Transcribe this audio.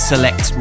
select